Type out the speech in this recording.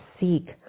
seek